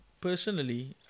personally